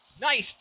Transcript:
Nice